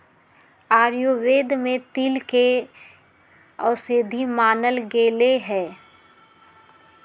आयुर्वेद में तिल के औषधि मानल गैले है